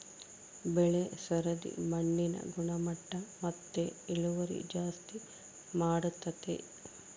ಬೆಳೆ ಸರದಿ ಮಣ್ಣಿನ ಗುಣಮಟ್ಟ ಮತ್ತೆ ಇಳುವರಿ ಜಾಸ್ತಿ ಮಾಡ್ತತೆ